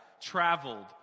traveled